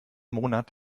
monat